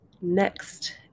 Next